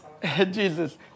Jesus